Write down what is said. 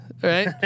Right